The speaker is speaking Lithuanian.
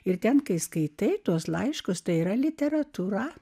ir ten kai skaitai tuos laiškus tai yra literatūra